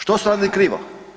Što su radili krivo?